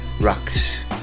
rocks